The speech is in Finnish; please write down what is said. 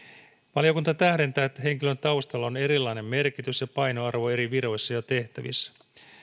valiokunta tähdentää että henkilön taustalla on erilainen merkitys ja painoarvo eri viroissa ja tehtävissä